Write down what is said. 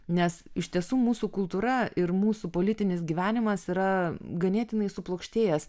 nes iš tiesų mūsų kultūra ir mūsų politinis gyvenimas yra ganėtinai suplokštėjęs